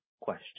question